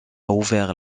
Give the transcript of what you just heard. ouvert